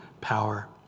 power